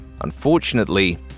Unfortunately